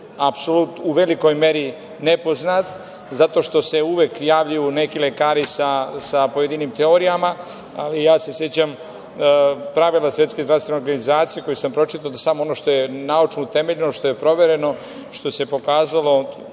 apsolutno u velikoj meri nepoznat, zato što se uvek javljaju neki lekari sa pojedinim teorijama, ali ja se sećam pravila Svetske zdravstvene organizacije koje sam pročitao, da samo ono što je naučno utemeljeno, što je provereno, što se pokazalo